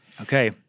Okay